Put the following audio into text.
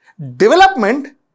development